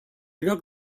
lloc